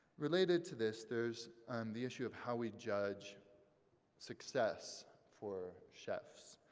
related to this, there's and the issue of how we judge success for chefs.